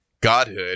Godhood